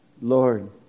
Lord